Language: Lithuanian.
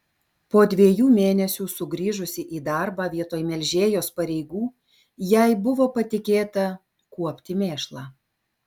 po dviejų mėnesių sugrįžusi į darbą vietoj melžėjos pareigų jai buvo patikėta kuopti mėšlą